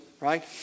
right